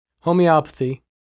homeopathy